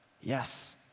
Yes